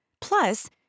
Plus